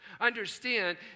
Understand